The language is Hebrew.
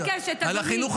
אני מבקשת, אדוני.